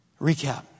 Recap